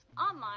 online